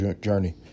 journey